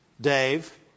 Dave